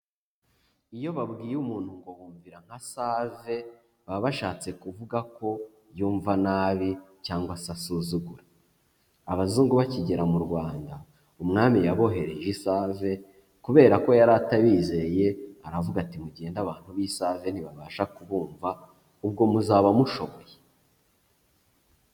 Iyo babwiye umuntu ngo wumvira nka Save, baba bashatse kuvuga ko yumva nabi cyangwa se asuzugura. Abazungu bakigera mu Rwanda, umwami yabohereje i Save kubera ko yari atabizeye aravuga ati mugende abantu b'i Save nibabasha kubumva ubwo muzaba mushoboye.